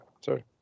sorry